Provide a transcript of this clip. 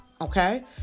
okay